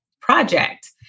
project